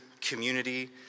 community